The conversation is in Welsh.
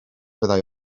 fyddai